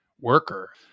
worker